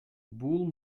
бул